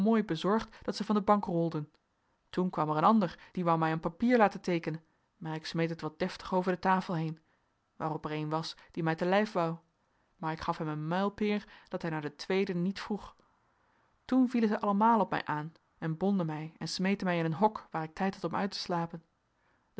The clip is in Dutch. bezorgd dat zij van de bank rolden toen kwam er een ander die wou mij een papier laten teekenen maar ik smeet het wat deftig over de tafel heen waarop er een was die mij te lijf wou maar ik gaf hem een muilpeer dat hij naar de tweede niet vroeg toen vielen zij allemaal op mij aan en bonden mij en smeten mij in een hok waar ik tijd had om uit te slapen